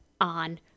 on